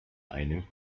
einem